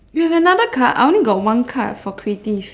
you've another card I only got one card for creative